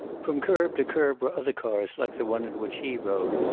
from curb to curb were other cars like the one in which he rode,